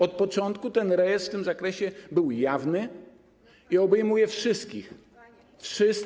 Od początku ten rejestr w tym zakresie był jawny i obejmuje wszystkich - wszystkich.